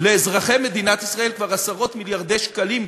לאזרחי מדינת ישראל כבר עשרות-מיליארדי שקלים,